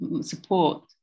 support